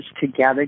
together